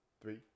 three